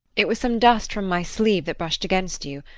it was some dust from my sleeve that brushed against you.